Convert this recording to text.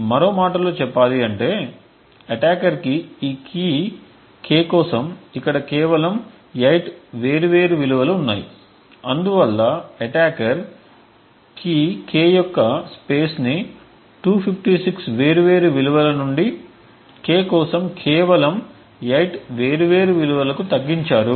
మరో మాటలో చెప్పాలంటే అటాకర్ కి ఈ కీ k కోసం ఇక్కడ కేవలం 8 వేర్వేరు విలువలు ఉన్నాయి అందువల్ల అటాకర్ కీ k యొక్క స్పేస్ని 256 వేర్వేరు విలువల నుండి k కోసం కేవలం 8 వేర్వేరు విలువలకు తగ్గించారు